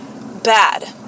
bad